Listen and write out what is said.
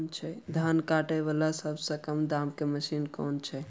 धान काटा वला सबसँ कम दाम केँ मशीन केँ छैय?